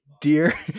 Dear